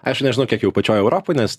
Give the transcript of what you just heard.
aš nežinau kiek jau pačioj europoj nes